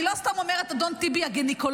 אני לא סתם אומרת "אדון טיבי הגינקולוג",